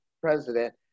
president